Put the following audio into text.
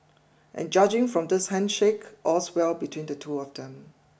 and judging from this handshake all's well between the two of them